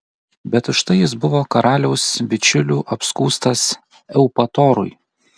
bet už tai jis buvo karaliaus bičiulių apskųstas eupatorui